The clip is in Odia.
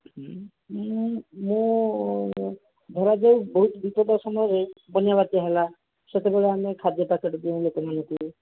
ଉଁ ମୁଁ ମାନେ ମୋ ଧରାଯାଉ ବହୁତ ବିପଦ ସମୟରେ ବନ୍ୟା ବାତ୍ୟା ହେଲା ସେତେବେଳେ ଆମେ ଖାଦ୍ୟ ପ୍ୟାକେଟ୍ ଦଉ ଲୋକମାନଙ୍କୁ